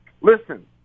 Listen